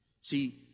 See